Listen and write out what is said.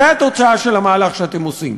זו התוצאה של המהלך שאתם עושים.